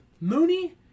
Mooney